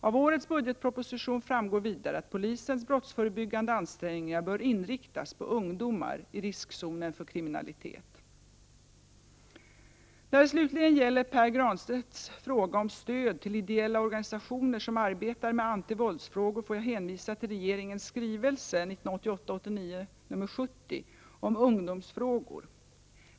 Av årets budgetproposition framgår vidare att polisens brottsförebyggande ansträngningar bör inriktas på ungdomar i riskzonen för kriminalitet. När det slutligen gäller Pär Granstedts fråga om stöd till ideella organisationer som arbetar med antivåldsfrågor får jag hänvisa till regeringens skrivelse 1988/89:70 om ungdomsfrågor.